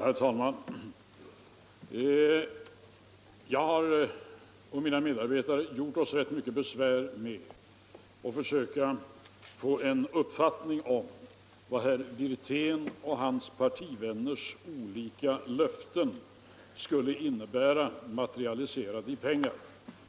Herr talman! Mina medarbetare och jag har gjort oss rätt mycket besvär med att försöka få en uppfattning om vad herr Wirténs och hans partivänners olika löften skulle innebära materialiserade i pengar.